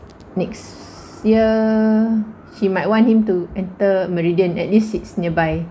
next year he might want him to enter meridian at least it's nearby